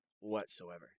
whatsoever